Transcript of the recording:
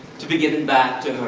to be given back to